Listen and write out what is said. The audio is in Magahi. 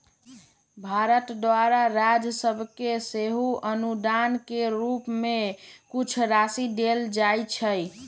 भारत द्वारा राज सभके सेहो अनुदान के रूप में कुछ राशि देल जाइ छइ